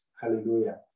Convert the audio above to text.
hallelujah